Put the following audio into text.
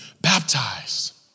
baptized